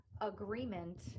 agreement